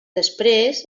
després